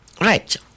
Right